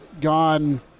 gone